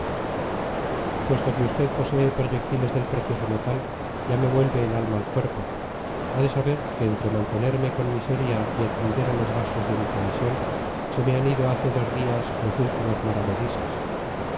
puesto que usted posee proyectiles del precioso metal ya me vuelve el alma al cuerpo ha de saber que entre mantenerme con miseria y atender a los gastos de mi comisión se me han ido hace dos días los últimos